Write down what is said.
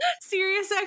Serious